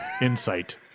insight